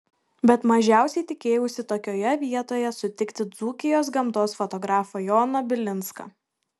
bet mažiausiai tikėjausi tokioje vietoje sutikti dzūkijos gamtos fotografą joną bilinską